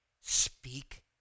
Speak